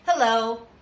Hello